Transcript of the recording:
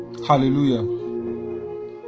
Hallelujah